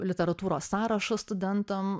literatūros sąrašą studentam